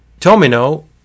Tomino